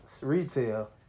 retail